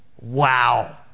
Wow